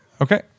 okay